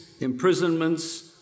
imprisonments